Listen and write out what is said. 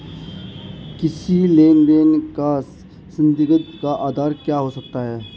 किसी लेन देन का संदिग्ध का आधार क्या हो सकता है?